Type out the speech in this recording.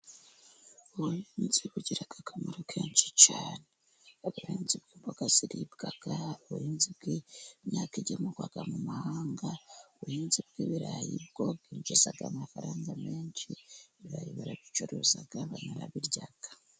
Ubuhinzi bugira akamaro kenshi cyane, ubuhinzi bw'imboga ziribwa. Ubuhinzi bw'imyaka igemurwa mu mahanga, ubuhinzi bw'ibirayi nibwo bwinjiza amafaranga menshi, birayi barabicuruza barabirya.